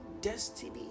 destiny